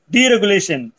Deregulation